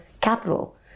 capital